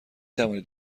توانید